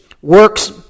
works